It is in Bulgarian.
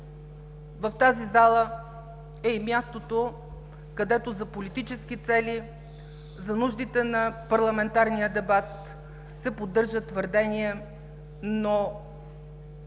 в тази зала е и мястото, където за политически цели, за нуждите на парламентарния дебат се поддържат твърдения.